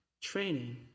training